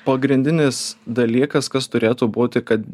pagrindinis dalykas kas turėtų būti kad